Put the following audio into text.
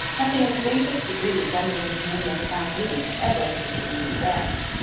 nothing in the faintest degree resembling the new england town-meeting ever existed in new france.